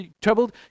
troubled